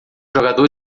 jogador